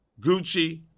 Gucci